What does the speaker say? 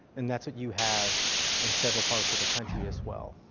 and that's what you have in several parts of the country as well.